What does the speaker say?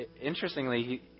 interestingly